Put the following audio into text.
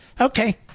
Okay